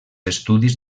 estudis